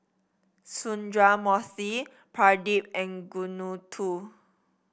Sundramoorthy Pradip and